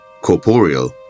corporeal